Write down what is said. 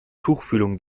tuchfühlung